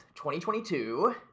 2022